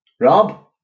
Rob